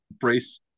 Brace